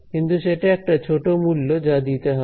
কিন্তু সেটা একটা ছোট মূল্য যা দিতে হবে